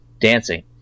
dancing